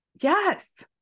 Yes